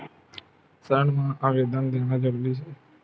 ऋण मा आवेदन देना जरूरी हे?